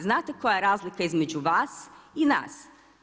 Znate koja je razlika između vas i nas?